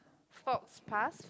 force pass